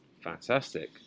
Fantastic